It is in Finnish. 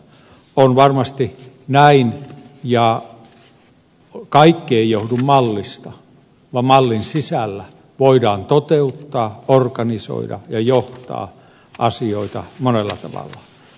on varmasti näin ja kaikki ei johdu mallista vaan mallin sisällä voidaan toteuttaa organisoida ja johtaa asioita monella tavalla